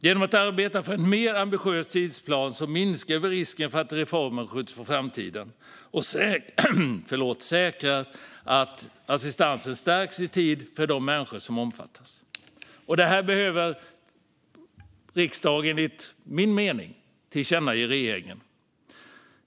Genom att arbeta efter en mer ambitiös tidsplan minskar vi risken för att reformen skjuts på framtiden och säkrar att assistansen stärks i tid för de människor som omfattas. Detta måste riksdagen enligt min mening tillkännage för regeringen.